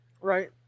Right